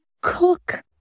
cook